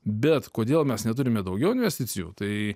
bet kodėl mes neturime daugiau investicijų tai